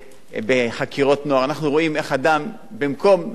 במקום לתת לי עוד עשרה תקנים לעובדים סוציאליים